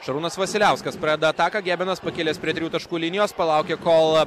šarūnas vasiliauskas pradeda ataką gebenas pakilęs prie trijų taškų linijos palaukia kol